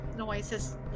noises